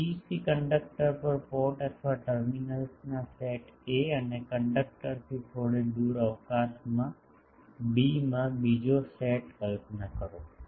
આ PEC conductor પર port અથવા ટર્મિનલ્સના સેટ 'a' અને કંડક્ટરથી થોડે દૂર અવકાશમાં 'બી' માં બીજો સેટ કલ્પના કરો